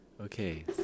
Okay